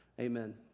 Amen